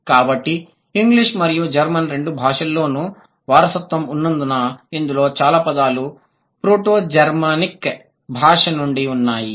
కాబట్టి ఇంగ్లీష్ మరియు జర్మన్ రెండు భాషల్లోనూ వారసత్వం ఉన్నందున ఇందులో చాలా పదాలు ప్రోటో జర్మనిక్ భాష నుండి ఉన్నాయి